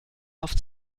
auf